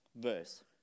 verse